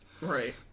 Right